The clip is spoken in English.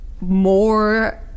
more